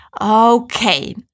Okay